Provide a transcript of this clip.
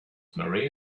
maria